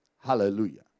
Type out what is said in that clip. Hallelujah